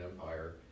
Empire